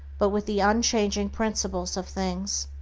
but with the unchanging principles of things.